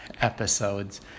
episodes